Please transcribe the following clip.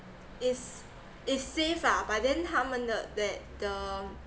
it's it's safe lah but then 他们的 that the